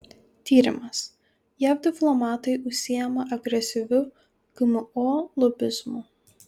tyrimas jav diplomatai užsiima agresyviu gmo lobizmu